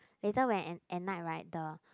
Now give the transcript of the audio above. later when at at night right the